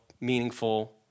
meaningful